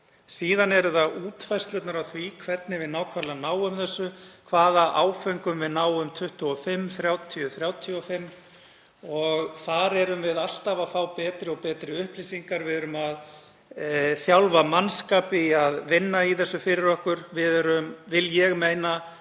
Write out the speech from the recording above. Síðan eru það útfærslurnar á því hvernig við náum þessu nákvæmlega, hvaða áföngum við náum 2025, 2030, 2035, og þar erum við alltaf að fá betri og betri upplýsingar. Við erum að þjálfa mannskap í að vinna í þessu fyrir okkur. Við erum, vil ég meina,